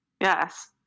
Yes